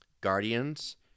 Guardians